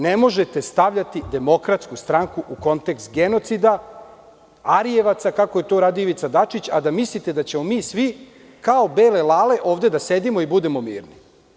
Ne možete stavljati DS u kontekst genocida, arijevaca kako je to radio Ivica Dačić, a da mislite da ćemo mi svi kao bele lale ovde da sedimo i budemo mirni.